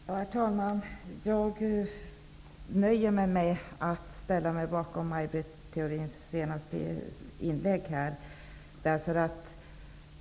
Herr talman! Jag nöjer mig med att ställa mig bakom Maj Britt Theorins senaste inlägg.